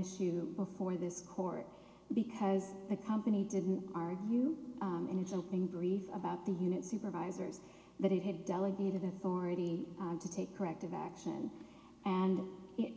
issue before this court because the company didn't argue and it's something brief about the unit supervisors that had delegated authority to take corrective action and